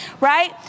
right